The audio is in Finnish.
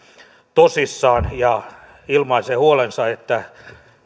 tosissaan ja ilmaisee huolensa että